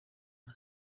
nka